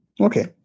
Okay